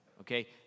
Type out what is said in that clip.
okay